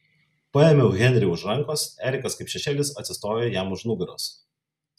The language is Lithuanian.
paėmiau henrį už rankos erikas kaip šešėlis atsistojo jam už nugaros